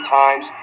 times